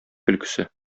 көлкесе